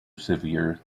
severe